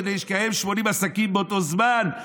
כדי לקיים 80 עסקים באותו זמן?